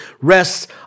rests